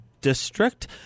District